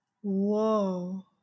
Whoa